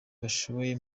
bashoboye